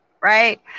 right